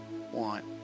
want